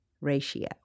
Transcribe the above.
ratio